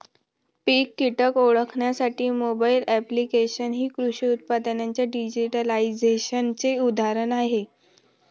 पीक कीटक ओळखण्यासाठी mobile applications हे कृषी उत्पादनांच्या डिजिटलायझेशनचे उदाहरण आहे